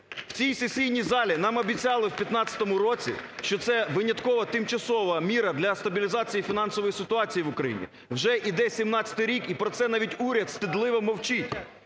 В цій сесійній залі нам обіцяли у 2015 році, що це – виняткова тимчасова міра для стабілізації фінансової ситуації в Україні. Вже іде 2017 рік, і про це навіть уряд стидливо мовчить.